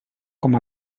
com